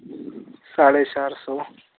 ساڑھے چار سو